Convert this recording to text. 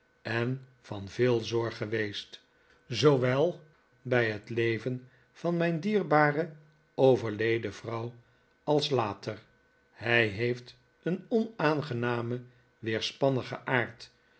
en van veel zorg geweest zoowel bij het leven van mijn dierbare overleden vrouw als later hij heeft een onaangenamen weerspannigen aard